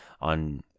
on